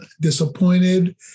disappointed